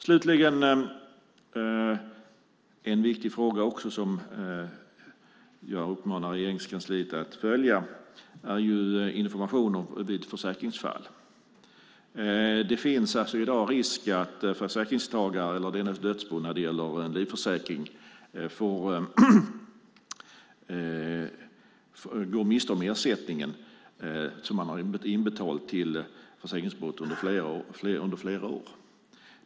Slutligen en viktig fråga som jag uppmanar Regeringskansliet att följa gäller information vid försäkringsfall. Det finns i dag risk att en försäkringstagare eller dennes dödsbo när det gäller livförsäkring går miste om ersättningen som man har inbetalt till försäkringsbolaget under flera år.